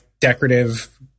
decorative